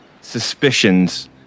suspicions